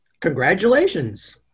Congratulations